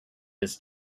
his